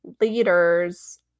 leaders